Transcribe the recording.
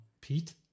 Pete